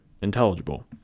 intelligible